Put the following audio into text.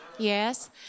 Yes